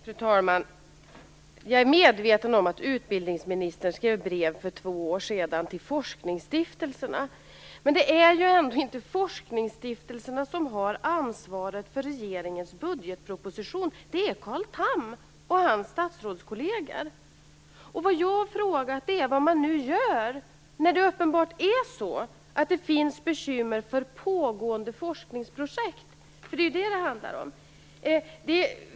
Fru talman! Jag är medveten om att utbildningsministern skrev ett brev för två år sedan till forskningsstiftelserna. Men det är ändå inte forskningsstiftelserna som har ansvaret för regeringens budgetproposition. Det är Carl Tham och hans statsrådskolleger. Vad jag har frågat är vad man nu gör när det uppenbarligen finns bekymmer för pågående forskningsprojekt. Det är ju detta som det handlar om.